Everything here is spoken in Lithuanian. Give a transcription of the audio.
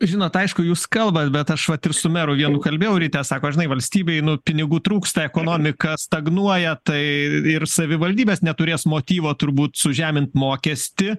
žinot aišku jūs kalbat bet aš vat ir su meru vienu kalbėjau ryte sako žinai valstybei nu pinigų trūksta ekonomika stagnuoja tai ir savivaldybės neturės motyvo turbūt sužemint mokestį